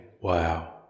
wow